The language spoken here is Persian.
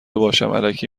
باشم٬الکی